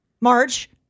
Marge